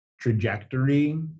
trajectory